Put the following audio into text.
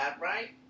right